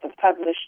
published